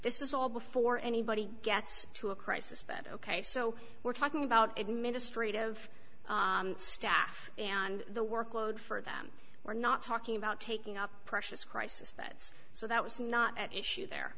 this is all before anybody gets to a crisis but ok so we're talking about administrative staff and the workload for them we're not talking about taking up precious crisis beds so that was not at issue there